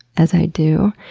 as i do,